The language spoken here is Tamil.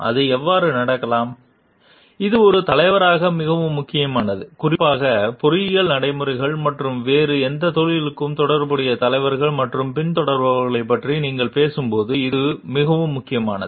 இது அவ்வாறு நடக்கலாம் இது ஒரு தலைவராக மிகவும் முக்கியமானது குறிப்பாக பொறியியல் நடைமுறைகள் மற்றும் வேறு எந்த தொழில்களுக்கும் தொடர்புடைய தலைவர்கள் மற்றும் பின்தொடர்பவர்களைப் பற்றி நீங்கள் பேசும்போது இது மிகவும் முக்கியமானது